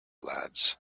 lads